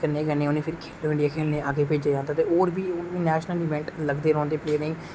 कन्नै कन्नै फिर उनेंगी इंडिया खेलने लेई अग्गे भेजदे न और बी कन्नै नेशनल ईवेंट लगदे रौंहदे प्लेयरें गी